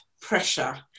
pressure